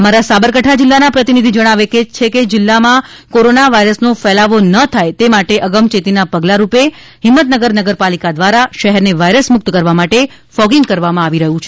અમારા સાબરકાંઠા જીલ્લાના પ્રતિનિધિ જણાવે છે કે જિલ્લામાં કોરોના વાયરસનો ફેલાવો ન થાય તે માટેના અગમયેતીના પગલાના ભાગરૂપે હિંમતનગર નગરપાલિકા ક્રારા શહેરને વાયરસ મુક્ત કરવા માટે ફોગીંગ કરવામાં આવી રહ્યું છે